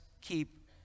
keep